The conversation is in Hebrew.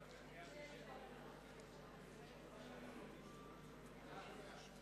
התשס”ט 2009, נתקבל.